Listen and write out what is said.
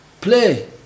play